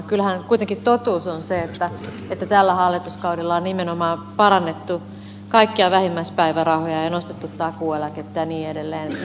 kyllähän kuitenkin totuus on se että tällä hallituskaudella on nimenomaan parannettu kaikkia vähimmäispäivärahoja ja nostettu takuueläkettä ja niin edelleen